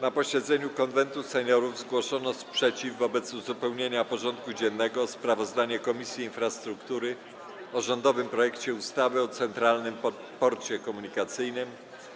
Na posiedzeniu Konwentu Seniorów zgłoszono sprzeciw wobec uzupełnienia porządku dziennego o sprawozdanie Komisji Infrastruktury o rządowym projekcie ustawy o Centralnym Porcie Komunikacyjnym